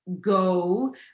go